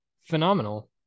phenomenal